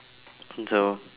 so